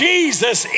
Jesus